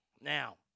Now